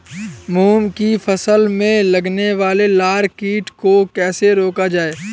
मूंग की फसल में लगने वाले लार कीट को कैसे रोका जाए?